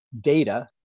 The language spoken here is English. data